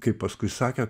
kaip paskui sakė